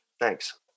Thanks